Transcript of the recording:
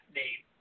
name